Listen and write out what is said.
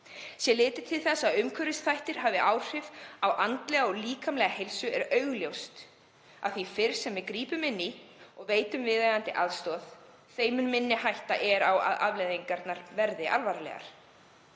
Sé litið til þess að umhverfisþættir hafa áhrif á andlega og líkamlega heilsu er augljóst að því fyrr sem við grípum inn í og veitum viðeigandi aðstoð, þeim mun minni hætta er á að afleiðingarnar verði alvarlegar.